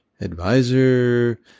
advisor